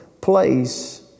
place